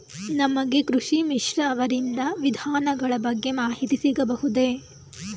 ನಮಗೆ ಕೃಷಿ ಮಿತ್ರ ಅವರಿಂದ ವಿಧಾನಗಳ ಬಗ್ಗೆ ಮಾಹಿತಿ ಸಿಗಬಹುದೇ?